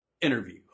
interview